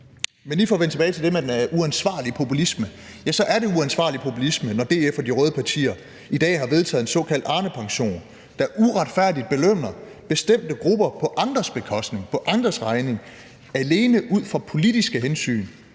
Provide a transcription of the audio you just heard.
Men lige for at vende tilbage til det med den uansvarlige populisme: Det er jo uansvarlig populisme, når DF og de røde partier i dag har vedtaget en såkaldt Arnepension, der uretfærdigt belønner bestemte grupper på andres bekostning, på andres regning, alene ud fra politiske hensyn,